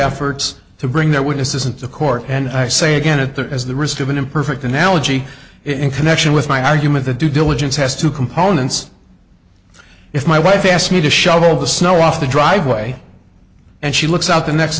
efforts to bring that witness isn't the court and i say again it there is the risk of an imperfect analogy in connection with my argument that due diligence has two components if my wife asked me to shovel the snow off the driveway and she looks out the next